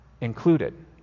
included